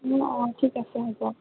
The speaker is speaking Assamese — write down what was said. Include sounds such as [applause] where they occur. [unintelligible] অঁ ঠিক আছে হ'ব